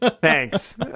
thanks